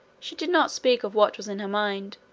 she did not speak of what was in her mind,